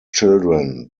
children